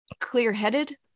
clear-headed